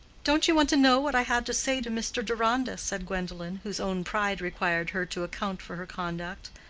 don't you want to know what i had to say to mr. deronda? said gwendolen, whose own pride required her to account for her conduct.